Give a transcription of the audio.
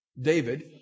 David